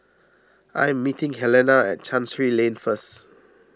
I am meeting Helena at Chancery Lane first